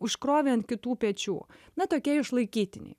užkrovė ant kitų pečių na tokie išlaikytiniai